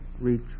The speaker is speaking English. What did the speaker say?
reach